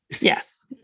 Yes